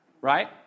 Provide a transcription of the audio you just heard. Right